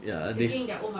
ya this